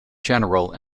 general